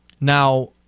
Now